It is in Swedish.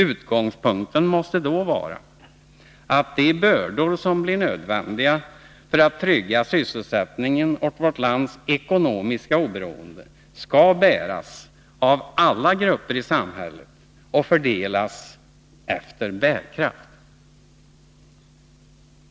Utgångspunkten måste då vara att de bördor som blir nödvändiga för att trygga sysselsättningen och vårt lands ekonomiska oberoende skall bäras av alla grupper i samhället och fördelas efter bärkraft.